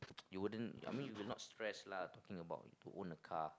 you wouldn't I mean you would not stress lah talking about to own the car